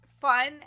fun